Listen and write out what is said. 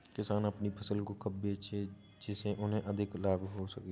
किसान अपनी फसल को कब बेचे जिसे उन्हें अधिक लाभ हो सके?